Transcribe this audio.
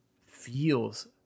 feels